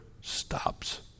stops